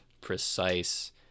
precise